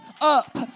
up